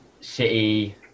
City